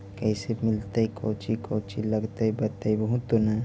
कैसे मिलतय कौची कौची लगतय बतैबहू तो न?